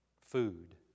Food